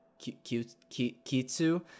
Kitsu